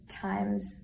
time's